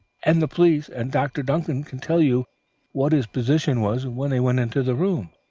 and the police and dr. duncan can tell you what his position was when they went into the room.